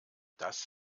das